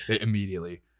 immediately